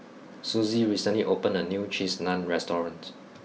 Suzie recently opened a new Cheese Naan restaurant